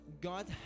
God